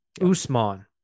Usman